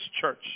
church